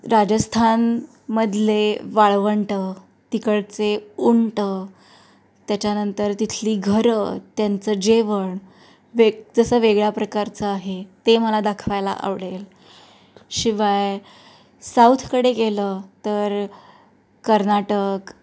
राजस्थान मधले वाळवंट तिकडचे उंट त्याच्यानंतर तिथली घरं त्यांचं जेवण वे जसं वेगळ्या प्रकारचं आहे ते मला दाखवायला आवडेल शिवाय साऊथकडे गेलं तर कर्नाटक